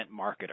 marketer